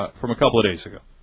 from a couple days ago